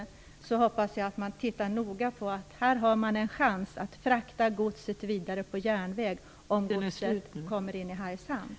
Därför hoppas jag att man noga tittar på detta och inser att man, om godset kommer till Hargshamn, har en chans att frakta godset vidare på järnväg.